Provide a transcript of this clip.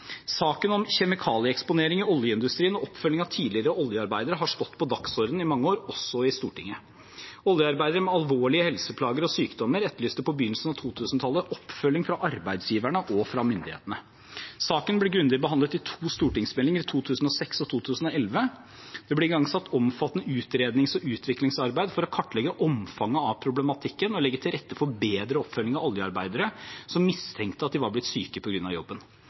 Saken om kjemikalieeksponering i oljeindustrien og oppfølging av tidligere oljearbeidere har stått på dagsordenen i mange år, også i Stortinget. Oljearbeidere med alvorlige helseplager og sykdommer etterlyste på begynnelsen av 2000-tallet oppfølging fra arbeidsgiverne og fra myndighetene. Saken ble grundig behandlet i to stortingsmeldinger, i 2006 og 2011. Det ble igangsatt et omfattende utrednings- og utviklingsarbeid for å kartlegge omfanget av problematikken og legge til rette for bedre oppfølging av oljearbeidere som mistenkte at de var blitt syke på grunn av jobben.